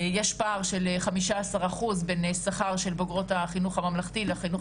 יש פער של 15 אחוזים בין שכר של בוגרות החינוך הממלכתי לחינוך